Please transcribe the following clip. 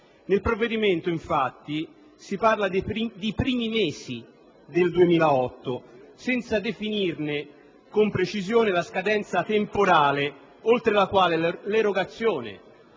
Nel provvedimento, infatti, si parla dei primi mesi del 2008, senza definire con precisione la scadenza temporale oltre la quale l'erogazione